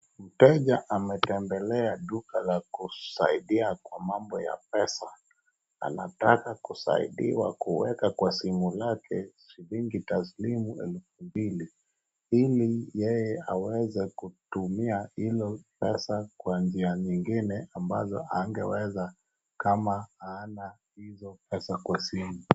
Mteja ametembelea duka la kusaidia kwa mambo ya pesa. A nataka kusaidiwa kuweka kwa simu lake shilingi taslimu elfu mbili ili yeye aweze kutumia hiyo pesa kwa njia nyingine ambazo angeweza kama hana hizo pesa kwa simu.